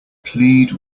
plead